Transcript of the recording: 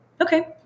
Okay